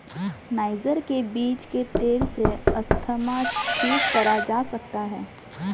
niger के बीज के तेल से अस्थमा ठीक करा जा सकता है